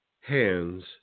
hands